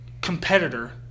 competitor